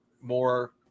more